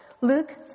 Luke